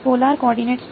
polar coordinates